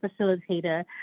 facilitator